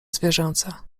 zwierzęce